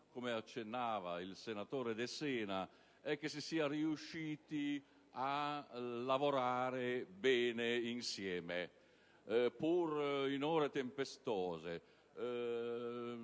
come accennava il senatore De Sena, è che si sia riusciti a lavorare bene insieme, pur in ore tempestose